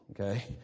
okay